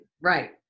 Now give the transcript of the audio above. Right